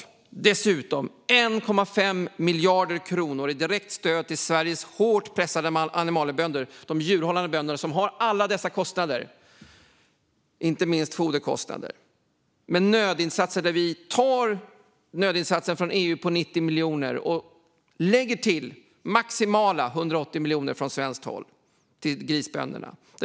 Dessutom föreslås 1,5 miljarder kronor i direkt stöd till Sveriges hårt pressade animaliebönder, de djurhållande bönderna som har alla dessa kostnader, inte minst foderkostnader. Vi tar nödinsatsen från EU på 90 miljoner och lägger till maximala 180 miljoner från svenskt håll till grisbönderna.